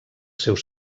seus